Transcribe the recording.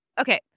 Okay